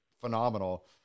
phenomenal